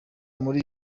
muri